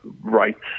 rights